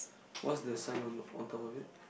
what's the sign on on top of it